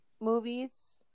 movies